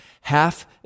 half